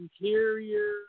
Interior